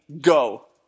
go